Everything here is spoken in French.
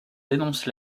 dénonce